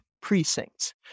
precincts